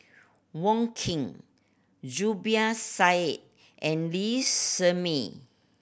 Wong Keen Zubir Said and Lee Shermay